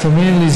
תאמיני לי,